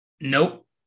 Nope